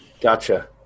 Gotcha